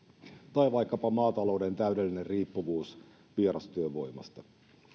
ja vaikkapa maatalouden täydellinen riippuvuus vierastyövoimasta